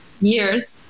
years